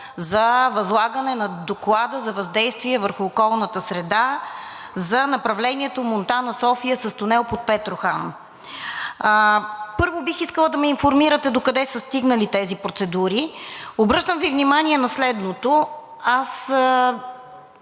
за възлагане на доклада за въздействие върху околната среда за направлението Монтана – София с тунел под Петрохан. Първо, бих искала да ме информирате докъде са стигнали тези процедури. Обръщам Ви внимание на следното: като